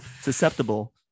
susceptible